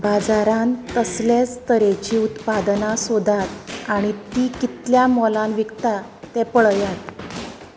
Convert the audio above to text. बाजारांत तसलेच तरेचीं उत्पादनां सोदात आनी तीं कितल्या मोलान विकता तें पळयात